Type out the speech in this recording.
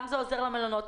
גם זה עוזר למלונות.